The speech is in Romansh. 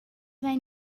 vein